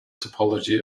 topology